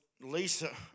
Lisa